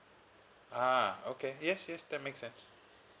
ah okay yes yes that makes sense